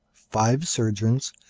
five surgeons,